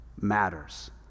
matters